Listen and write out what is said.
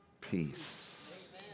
peace